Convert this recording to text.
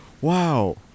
Wow